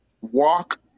walk